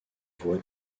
voie